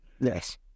Yes